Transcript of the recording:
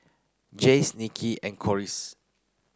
Jace Nicky and Corliss